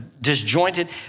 disjointed